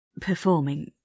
performing